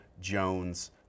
Jones